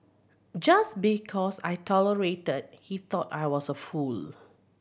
just because I tolerated he thought I was a fool